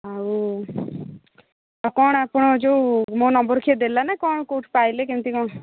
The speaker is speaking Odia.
ଆଉ କ'ଣ ଆପଣ ଯୋଉ ମୋ ନମ୍ୱର କିଏ ଦେଲା ନା କ'ଣ କୋଉଠୁ ପାଇଲେ କେମିତି କ'ଣ